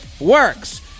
works